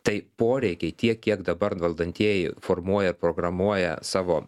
tai poreikiai tiek kiek dabar valdantieji formuoja ir programuoja savo